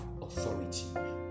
authority